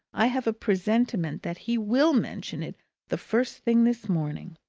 i have a presentiment that he will mention it the first thing this morning.